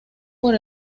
por